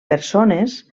persones